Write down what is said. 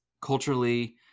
culturally